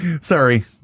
Sorry